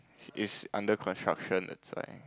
it's under construction that's why